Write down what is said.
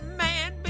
man